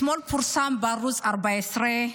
אתמול פורסם בערוץ 14: